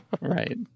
Right